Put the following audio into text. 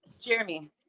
Jeremy